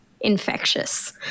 infectious